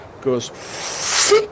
goes